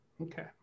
Okay